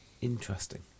Interesting